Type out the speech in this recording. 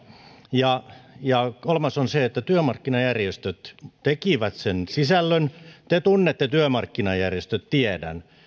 ja ja kolmas on se että työmarkkinajärjestöt tekivät sen sisällön te tunnette työmarkkinajärjestöt tiedän